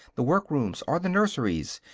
the work-rooms, or the nurseries,